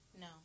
No